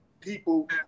people